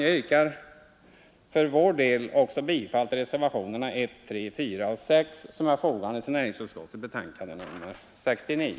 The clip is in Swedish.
Jag yrkar, för vår del, också bifall till reservationerna 1, 3, 4 och 6 som är fogade till näringsutskottets betänkande nr 69.